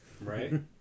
Right